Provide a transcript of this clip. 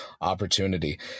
opportunity